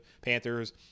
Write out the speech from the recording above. Panthers